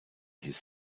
his